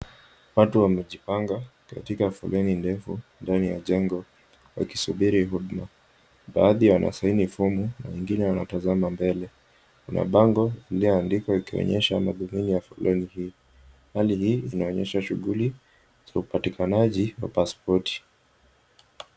Watu wamejipanga katika foleni ndefu ndani ya jengo wakisubiri huduma. Baadhi wanasaini fomu na wengine wanatazama mbele. Kuna bango iliyoandikwa ikionyesha madhumuni ya foleni hii. Hali hii inaonyesha shughuli za upatikanaji wa pasipoti.